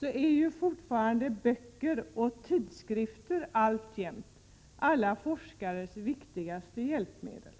är böcker och tidskrifter alltjämt alla forskares viktigaste hjälpmedel.